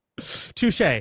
touche